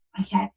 Okay